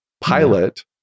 Pilot